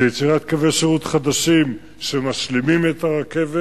זה יצירת קווי שירות חדשים שמשלימים את הרכבת,